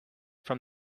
from